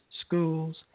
schools